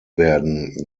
werden